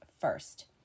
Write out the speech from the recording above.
first